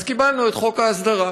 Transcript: קיבלנו את חוק ההסדרה.